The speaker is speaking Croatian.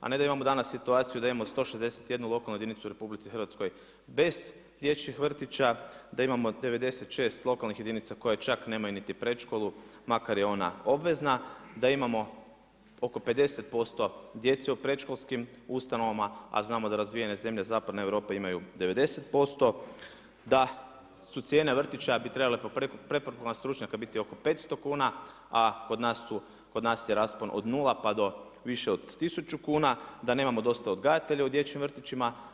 A ne da imamo danas situaciju da imamo 161 lokalnu jedinicu u RH bez dječjih vrtića, da imamo 96 lokalnih jedinica koje čak nemaju niti predškolu makar je ona obvezna, da imamo oko 50% djece u predškolskim ustanovama, a znamo da razvijene zemlje Zapadne Europe imaju 90%, da su cijene vrtića bi trebale po preporukama stručnjaka biti oko 500 kuna, a kod nas je raspon od nula pa do više od tisuću kuna, da nemamo dosta odgajatelja u dječjim vrtićima.